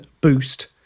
boost